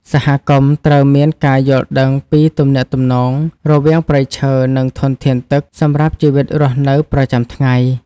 សហគមន៍ត្រូវមានការយល់ដឹងពីទំនាក់ទំនងរវាងព្រៃឈើ និងធនធានទឹកសម្រាប់ជីវិតរស់នៅប្រចាំថ្ងៃ។